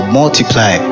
multiply